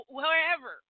wherever